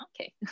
okay